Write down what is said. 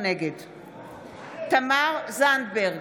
נגד תמר זנדברג,